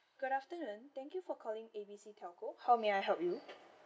good afternoon thank you for calling A B C telco how may I help you